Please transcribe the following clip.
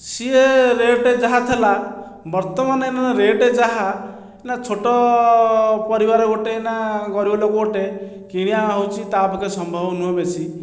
ସେ ରେଟ୍ ଯାହା ଥିଲା ବର୍ତ୍ତମାନ ଏଇନେ ରେଟ୍ ଯାହା ନା ଛୋଟ ପରିବାର ଗୋଟେ ନା ଗରିବ ଲୋକ ଗୋଟେ କିଣିବା ହେଉଛି ତା' ପକ୍ଷେ ସମ୍ଭବ ନୁହେଁ ବେଶୀ